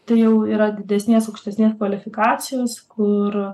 tai jau yra didesnės aukštesnės kvalifikacijos kur